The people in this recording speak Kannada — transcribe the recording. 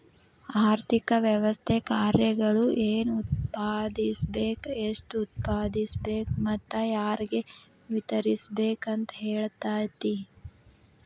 ಆರ್ಥಿಕ ವ್ಯವಸ್ಥೆ ಕಾರ್ಯಗಳು ಏನ್ ಉತ್ಪಾದಿಸ್ಬೇಕ್ ಎಷ್ಟು ಉತ್ಪಾದಿಸ್ಬೇಕು ಮತ್ತ ಯಾರ್ಗೆ ವಿತರಿಸ್ಬೇಕ್ ಅಂತ್ ಹೇಳ್ತತಿ